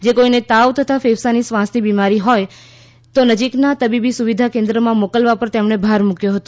જે કોઇને તાવ તથા ફેંફસાની શ્વાસની બિમારી હોય તો નજીકના તબીબી સુવિધા કેન્દ્રમાં મોકલવા પર તેમણે ભાર મૂક્યો હતો